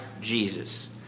Jesus